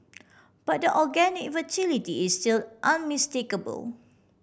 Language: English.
but the organic vitality is still unmistakable